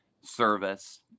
service